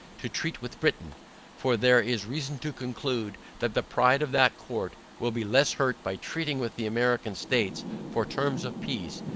to treat with britain for there is reason to conclude, that the pride of that court, will be less hurt by treating with the american states for terms of peace,